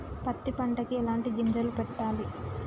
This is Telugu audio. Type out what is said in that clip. పత్తి పంటకి ఎలాంటి గింజలు పెట్టాలి?